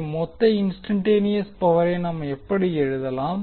எனவே மொத்த இன்ஸ்டன்ட்டேனியஸ் பவரை நாம் இப்படி எழுதலாம்